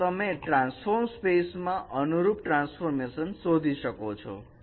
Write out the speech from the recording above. તો તમે ટ્રાન્સફોર્મ સ્પેસમાં અનુરૂપ ટ્રાન્સફોર્મેશન શોધી શકો છો